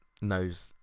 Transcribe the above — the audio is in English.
knows